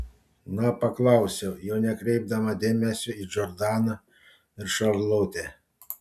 na paklausiau jo nekreipdama dėmesio į džordaną ir šarlotę